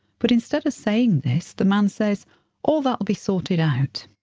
but instead of saying this, the man says all that'll be sorted out.